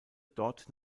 dort